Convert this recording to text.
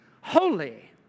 holy